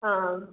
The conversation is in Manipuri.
ꯑꯥ